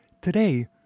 Today